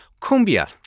Cumbia